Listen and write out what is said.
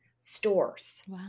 stores